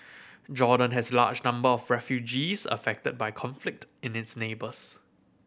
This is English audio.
Jordan has large number of refugees affected by conflict in its neighbours